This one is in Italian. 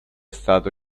stato